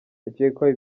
bakekwaho